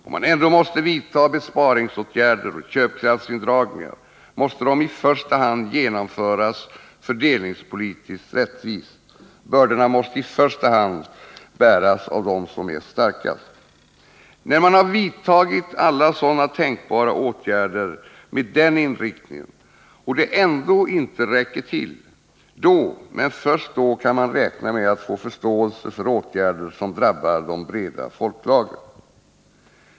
Om man ändå måste vidta besparingsåtgärder och köpkraftsindragningar måste de i första hand genomföras fördelningspolitiskt rättvist. Bördorna måste i första hand bäras av dem som är starkast. När man har vidtagit alla tänkbara åtgärder med den inriktningen och det ändå inte räcker, då — men först då — kan man räkna med att få förståelse för åtgärder som drabbar de breda folklagren.